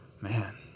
man